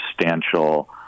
substantial